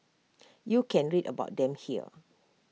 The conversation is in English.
you can read about them here